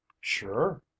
Sure